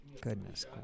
goodness